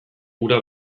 ura